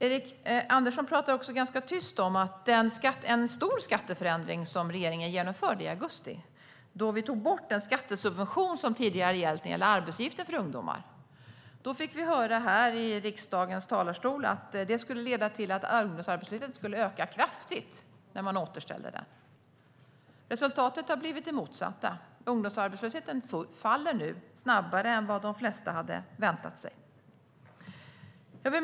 Erik Andersson pratar ganska tyst om en stor skatteförändring som regeringen genomförde i augusti. Då tog vi bort den skattesubvention som tidigare gällt för arbetsgivaravgiften för ungdomar. Vi fick då höra här i riksdagens talarstol att ungdomsarbetslösheten skulle öka kraftigt om avgiften återställdes, men resultatet har blivit det motsatta. Ungdomsarbetslösheten faller nu snabbare än vad de flesta hade väntat sig.